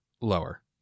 lower